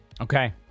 okay